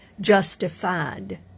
justified